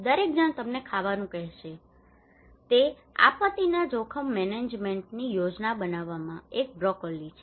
દરેક જણ તમને ખાવાનું કહેશે તે આપત્તિના જોખમ મેનેજમેન્ટની યોજના બનાવવામાં એક બ્રોકોલી છે